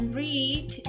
read